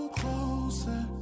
closer